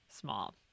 small